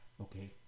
okay